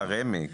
רמ"י.